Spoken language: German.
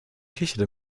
kicherte